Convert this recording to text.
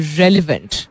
relevant